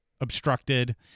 obstructed